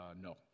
No